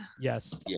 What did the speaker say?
Yes